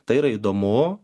tai yra įdomu